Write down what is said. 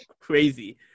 crazy